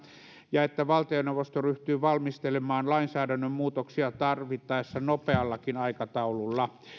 ja että valtioneuvosto ryhtyy valmistelemaan lainsäädännön muutoksia tarvittaessa nopeallakin aikataululla